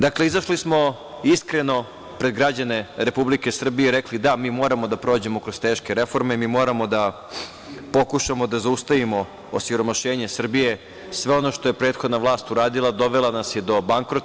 Dakle, izašli smo iskreno pred građane Republike Srbije rekli – da, mi moramo da prođemo kroz teške reforme, mi moramo da pokušamo da zaustavimo osiromašenje Srbije, sve ono što je prethodna vlast uradila, dovela nas je do bankrota.